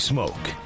Smoke